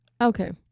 Okay